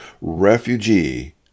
refugee